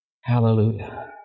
Hallelujah